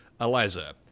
eliza